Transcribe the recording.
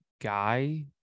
guy